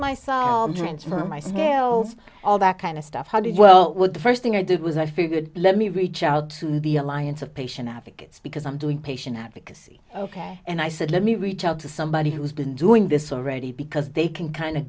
myself transfer my scales all that kind of stuff how did well with the first thing i did was i figured let me reach out to be alliance of patient advocates because i'm doing patient advocacy ok and i said let me reach out to somebody who's been doing this already because they can kind of